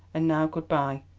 and now good-bye,